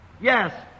Yes